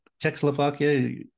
Czechoslovakia